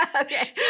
Okay